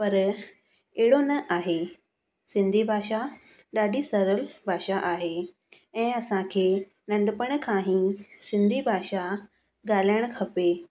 पर अहिड़ो न आहे सिंधी भाषा ॾाढी सरल भाषा आहे ऐं असांखे नंढपण खां ई सिंधी भाषा ॻाल्हाइणु खपे